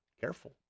Careful